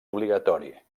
obligatori